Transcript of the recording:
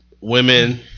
women